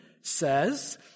says